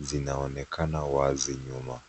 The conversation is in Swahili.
zinaonekana wazi nyuma.